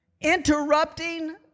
interrupting